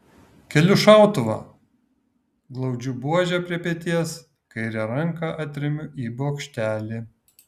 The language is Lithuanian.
keliu šautuvą glaudžiu buožę prie peties kairę ranką atremiu į bokštelį